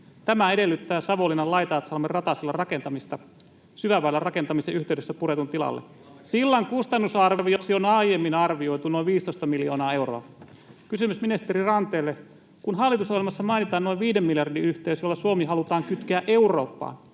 Tämä edellyttää Savonlinnan Laitaatsalmen ratasillan rakentamista syväväylän rakentamisen yhteydessä puretun tilalle. Sillan kustannusarvioksi on aiemmin arvioitu noin 15 miljoonaa euroa. Kysymys ministeri Ranteelle: kun hallitusohjelmassa mainitaan noin viiden miljardin yhteys, jolla Suomi halutaan kytkeä Eurooppaan,